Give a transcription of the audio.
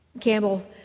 Campbell